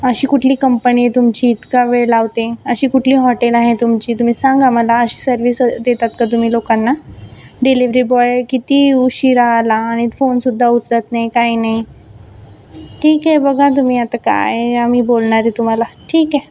अशी कुठली कंपनी आहे तुमची इतका वेळ लावतेय अशी कुठली हॉटेल आहे तुमची तुम्ही सांगा मला अशी सर्विस देतात का तुम्ही लोकांना डिलीवरी बॉय किती उशिरा आला आणि फोनसुद्धा उचलत नाही काय नाही ठीक आहे बघा तुम्ही आता काय आम्ही बोलणार आहे तुम्हाला ठीक आहे